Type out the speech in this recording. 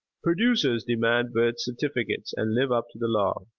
producers demand birth certificates and live up to the law.